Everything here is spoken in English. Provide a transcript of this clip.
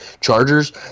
Chargers